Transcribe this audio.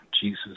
Jesus